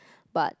but